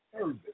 service